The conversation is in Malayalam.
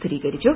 സ്ഥിരീകരിച്ചു